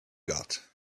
got